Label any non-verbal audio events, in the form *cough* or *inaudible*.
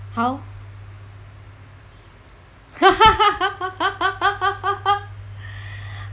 how *laughs*